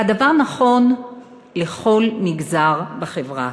והדבר נכון לכל מגזר בחברה.